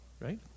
right